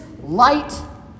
light